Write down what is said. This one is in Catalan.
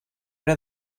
era